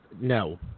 no